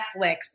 Netflix